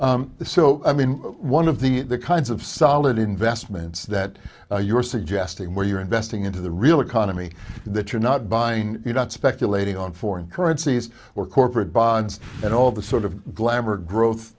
the so i mean one of the kinds of solid investments that you're suggesting where you're investing into the real economy that you're not buying you're not speculating on foreign currencies or corporate bonds and all the sort of glamour growth